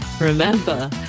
remember